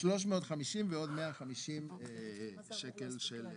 350, ועוד 150 שקל של